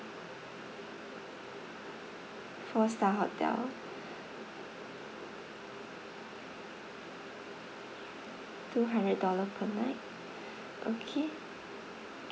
four star hotel two hundred dollar per night okay